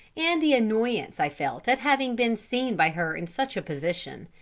and the annoyance i felt at having been seen by her in such a position.